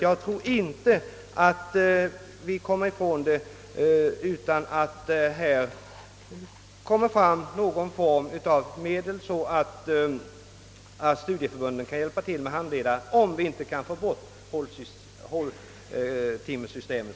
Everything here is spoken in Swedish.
Jag tror inte att vi kommer ifrån det utan att låta studieförbunden på något sätt hjälpa till med handledare, om vi inte kan få bort det nuvarande håltimmesystemet.